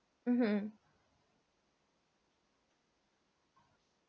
mmhmm